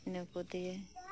ᱤᱱᱟᱹ ᱠᱚ ᱛᱮᱜᱮ